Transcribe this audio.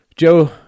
Joe